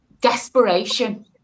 desperation